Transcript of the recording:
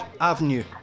Avenue